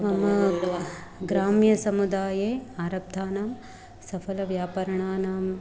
मम ग्राम्यसमुदाये आरब्धानां सफलव्यापाराणानां